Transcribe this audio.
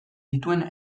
dituen